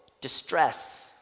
distress